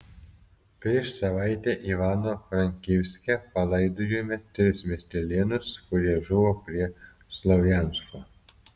prieš savaitę ivano frankivske palaidojome tris miestelėnus kurie žuvo prie slovjansko